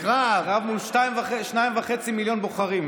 קרב מול שניים וחצי מיליון בוחרים,